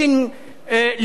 בית-דין לערעורים.